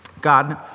God